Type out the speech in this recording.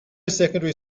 secondary